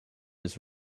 his